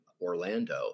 Orlando